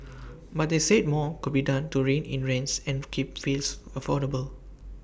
but they said more could be done to rein in rents and keep fees affordable